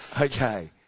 Okay